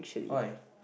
why